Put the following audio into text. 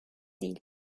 değil